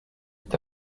est